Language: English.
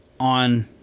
On